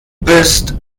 bist